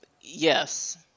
Yes